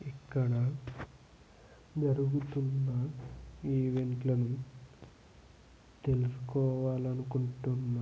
ఇక్కడ జరుగుతున్న ఈవెంట్లను తెలుసుకోవాలనుకుంటున్నాను